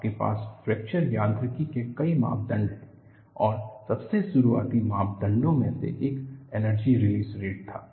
आपके पास फ्रैक्चर यांत्रिकी में कई मापदंड हैं और सबसे शुरुआती मापदंडों में से एक एनर्जी रिलीज रेट था